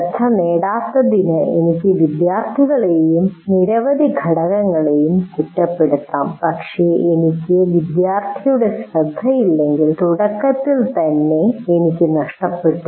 ശ്രദ്ധ നേടാത്തതിന് എനിക്ക് വിദ്യാർത്ഥികളെയും നിരവധി ഘടകങ്ങളെയും കുറ്റപ്പെടുത്താം പക്ഷേ എനിക്ക് വിദ്യാർത്ഥിയുടെ ശ്രദ്ധയില്ലെങ്കിൽ തുടക്കത്തിൽ എനിക്ക് തന്നെ നഷ്ടപ്പെട്ടു